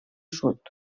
sud